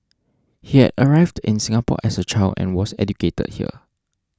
he had arrived in Singapore as a child and was educated here